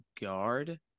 Guard